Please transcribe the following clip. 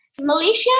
Malaysia